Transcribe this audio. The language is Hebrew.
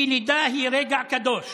כי לידה היא רגע קדוש,